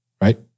right